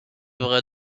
libre